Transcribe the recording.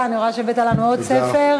נעבור לחוק הבא, של ועדת הכלכלה.